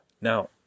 Now